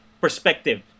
perspective